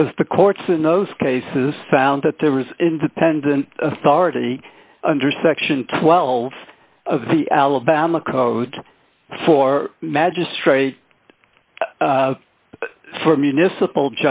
because the courts in those cases found that there was independent authority under section twelve of the alabama code for magistrate for municipal